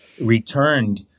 returned